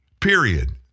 Period